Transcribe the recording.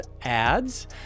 ads